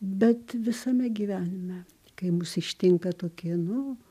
bet visame gyvenime kai mus ištinka tokie nu